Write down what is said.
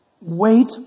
Wait